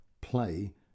Play